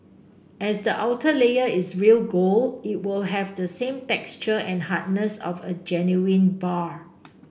as the outer layer is real gold it will have the same texture and hardness of a genuine bar